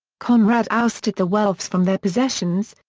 conrad ousted the welfs from their possessions,